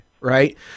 Right